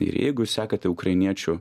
ir jeigu sekate ukrainiečių